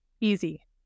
easy